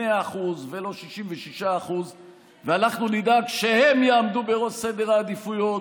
100% ולא 66%. ואנחנו נדאג שהם יעמדו בראש סדר העדיפויות,